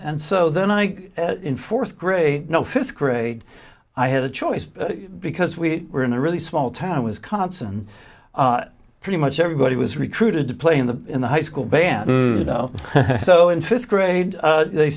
and so then i in fourth grade no fifth grade i had a choice because we were in a really small town wisconsin pretty much everybody was recruited to play in the in the high school band so in fifth grade they